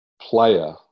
player